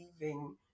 leaving